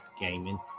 gaming